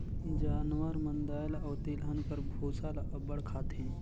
जानवर मन दाएल अउ तिलहन कर बूसा ल अब्बड़ खाथें